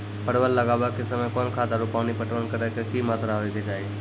परवल लगाबै के समय कौन खाद आरु पानी पटवन करै के कि मात्रा होय केचाही?